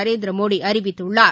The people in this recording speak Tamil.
நரேந்திரமோடிஅறிவித்துள்ளார்